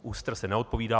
ÚSTR se neodpovídá